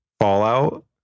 Fallout